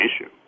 issue